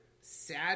sad